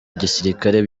gisirikare